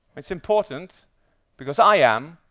it's important because i am,